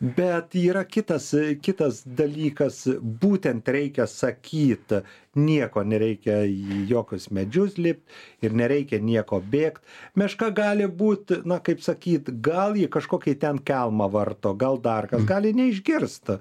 bet yra kitas kitas dalykas būtent reikia sakyt nieko nereikia jokius medžius lipt ir nereikia nieko bėgt meška gali būt na kaip sakyt gal ji kažkokį ten kelmą varto gal dar kas gali neišgirst